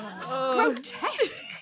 grotesque